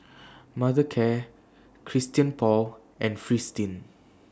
Mothercare Christian Paul and Fristine